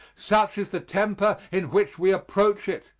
such is the temper in which we approach it,